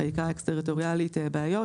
חקיקה אקס-טריטוריאלית באיו"ש.